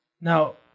now